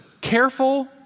careful